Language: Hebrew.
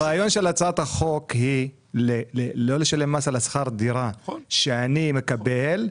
הרעיון של הצעת החוק הוא לא לשלם מס על שכר הדירה שאני מקבל,